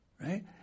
right